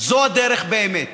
זו הדרך באמת.